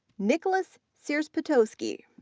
nicholas sierzputowski,